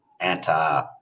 anti